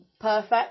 perfect